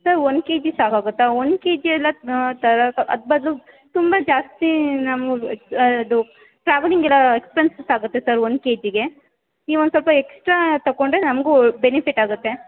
sir ಒಂದು K G ಸಾಕಾಗುತ್ತಾ ಒಂದು ಕೆ ಜಿ ಎಲ್ಲ ತರಕ್ಕೆ ಅದ್ರ ಬದಲು ತುಂಬ ಜಾಸ್ತಿ ನಮಗೆ ಅದು ಟ್ರಾವೆಲಿಂಗ್ ಎಲ್ಲ ಎಕ್ಸ್ಪೆನ್ಸಸ್ ಆಗುತ್ತೆ ಸರ್ ಒಂದು ಕೆ ಜಿಗೆ ನೀವು ಒಂದು ಸ್ವಲ್ಪ ಎಕ್ಸ್ಟ್ರಾ ತಗೊಂಡ್ರೆ ನಮಗೂ ಬೆನಿಫಿಟ್ ಆಗುತ್ತೆ